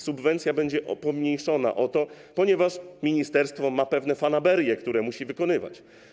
Subwencja będzie pomniejszona o to, ponieważ ministerstwo ma pewne fanaberie, które musi realizować.